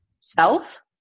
self